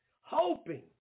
hoping